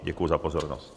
Děkuji za pozornost.